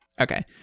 Okay